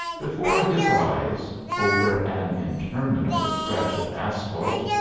before his eyes, over an interminable stretch of asphalt,